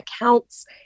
accounts